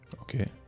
Okay